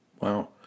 Wow